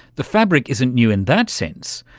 the fabric isn't new in that sense,